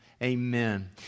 Amen